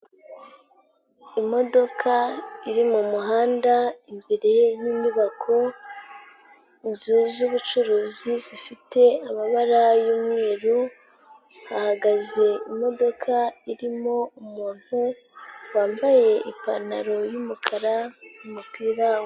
Imodoka iri mu muhanda imbere y'inyubako, inzu z'ubucuruzi zifite amabara y'umweru, hahagaze imodoka irimo umuntu wambaye ipantaro y'umukara n'umupira.